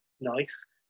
nice